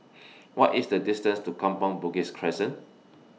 What IS The distance to Kampong Bugis Crescent